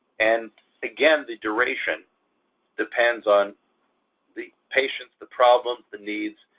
and again, the duration depends on the patient, the problem, the needs,